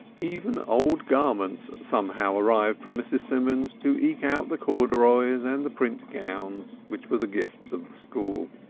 even old garments somehow arrived from mrs. simons to eke out the corduroys and the print gowns which were the gift of the school.